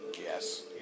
Yes